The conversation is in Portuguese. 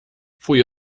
fui